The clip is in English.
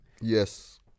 yes